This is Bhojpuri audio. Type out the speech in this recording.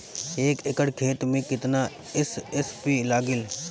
एक एकड़ खेत मे कितना एस.एस.पी लागिल?